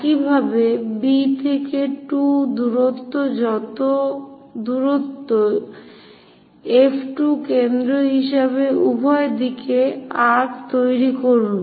একইভাবে B থেকে 2 দূরত্ব যতই দূরত্ব F2 কেন্দ্র হিসাবে উভয় দিকে একটি আর্ক্ তৈরি করুন